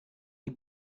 die